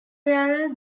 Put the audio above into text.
rarer